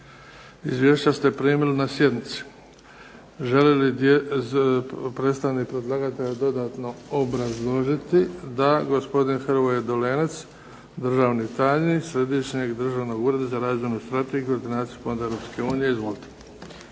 Izvješća ste primili na sjednici. Želi li predstavnik predlagatelja dodatno obrazložiti? Da. Gospodin Hrvoje Dolenec, državni tajnik Središnjeg državnog ureda za razvojnu strategiju i koordinaciju fondova Europske unije. Izvolite.